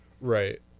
Right